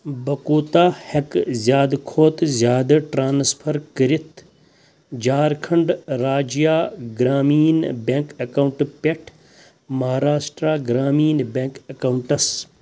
بہٕ کوٗتاہ ہٮ۪کہٕ زِیٛادٕ کھۅتہٕ زِیٛادٕ ٹرٛانٕسفر کٔرِِتھ جھارکھنٛڈ راجیہ گرٛامیٖن بینٛک ایکاونٹہٕ پٮ۪ٹھ مہاراشٹرٛا گرٛامیٖن بینٛک ایکاونٹَس